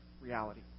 reality